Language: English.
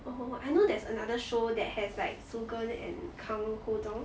oh I know there's another show that has like soo geun and kang ho dong